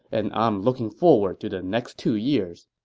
and i'm looking forward to the next two years